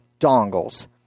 dongles